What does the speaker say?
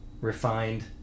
refined